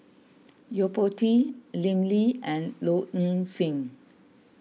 Yo Po Tee Lim Lee and Low Ing Sing